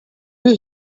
you